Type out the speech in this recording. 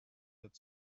that